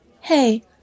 Hey